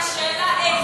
רק השאלה איזה,